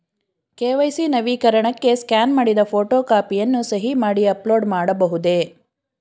KYC ನವೀಕರಣಕ್ಕೆ scan ಮಾಡಿದ photo ಕಾಪಿಯನ್ನು ಸಹಿ ಮಾಡಿ ಅಪ್ಲೋಡ್ ಮಾಡಬಹುದೇ?